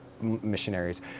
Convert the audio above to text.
Missionaries